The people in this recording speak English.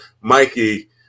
Mikey